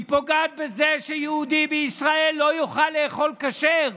היא פוגעת בזה שיהודי בישראל לא יוכל לאכול כשר.